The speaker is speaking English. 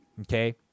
Okay